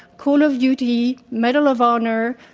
call of duty, medal of honor,